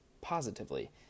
positively